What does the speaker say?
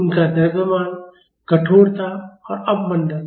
उनका द्रव्यमान कठोरता और अवमन्दक